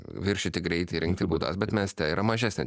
viršyti greitį rinkti baudas bet mieste yra mažesnė